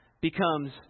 becomes